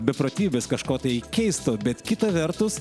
beprotybės kažko tai keisto bet kita vertus